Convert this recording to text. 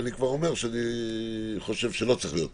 אני כבר אומר שאני חושב שלא צריך להיות פער.